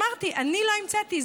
אמרתי: אני לא המצאתי,